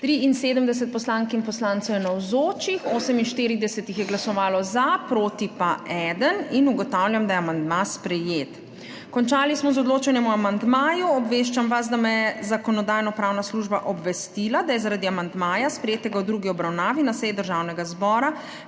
73 poslank in poslancev, 48 jih je glasovalo za, proti pa 1. (Za je glasovalo 47.) (Proti 1.) Ugotavljam, da je amandma sprejet. Končali smo z odločanjem o amandmaju. Obveščam vas, da me je Zakonodajno-pravna služba obvestila, da je zaradi amandmaja, sprejetega v drugi obravnavi na seji Državnega zbora,